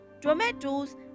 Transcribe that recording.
tomatoes